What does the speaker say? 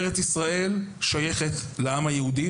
ארץ ישראל שייכת לעם היהודי.